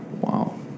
Wow